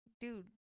dude